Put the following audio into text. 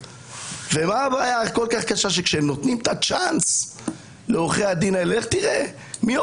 כי היא תצטרך לענות להרבה מאוד